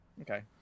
Okay